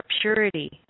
purity